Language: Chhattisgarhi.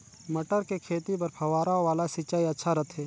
मटर के खेती बर फव्वारा वाला सिंचाई अच्छा रथे?